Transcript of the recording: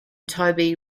toby